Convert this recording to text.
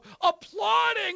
applauding